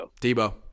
Debo